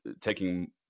taking